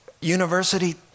university